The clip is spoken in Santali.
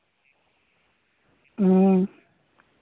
ᱦᱮᱸ